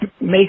make